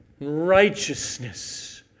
righteousness